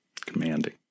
commanding